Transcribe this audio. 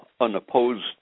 unopposed